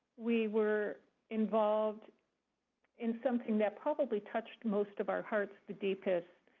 we were involved in something that probably touched most of our hearts the deepest.